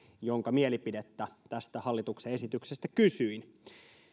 jonka mielipidettä tästä hallituksen esityksestä kysyin